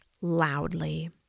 loudly